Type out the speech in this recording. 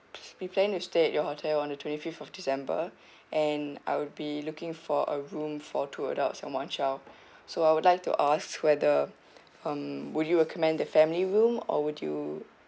be planning to stay at your hotel on the twenty fifth of december and I'll be looking for a room for two adults and one child so I would like to ask whether um would you recommend the family room or would you